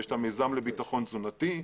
יש לה מיזם לביטחון תזונתי,